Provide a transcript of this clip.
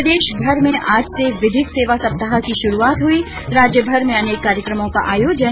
प्रदेशभर में आज से विधिक सेवा सप्ताह की शुरुआत हुई राज्यभर में अनेक कार्यक्रमों का आयोजन